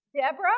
Deborah